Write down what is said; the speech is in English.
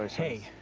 hey.